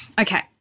Okay